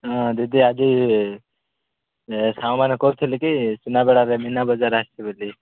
ହଁ ଦିଦି ଆଜି କରୁଥିଲି କି ସୁନାବେଡ଼ାରେ ମୀନାବଜାର ଆସିଛି ବୋଲି